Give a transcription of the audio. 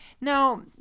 Now